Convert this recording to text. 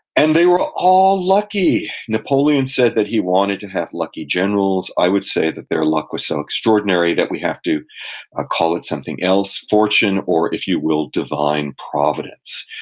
and they were all lucky. napoleon said that he wanted to have lucky generals i would say that their luck was so extraordinary that we have to ah call it something else, fortune, or if you will, divine providence.